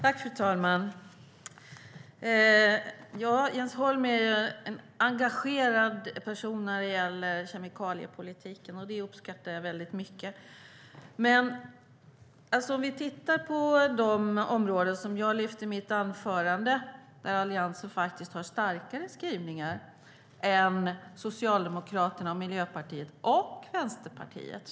Fru talman! Jens Holm är en engagerad person när det gäller kemikaliepolitiken. Det uppskattar jag väldigt mycket. Jag lyfte i mitt anförande fram områden där Alliansen har starkare skrivningar än Socialdemokraterna, Miljöpartiet och Vänsterpartiet.